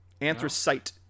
Anthracite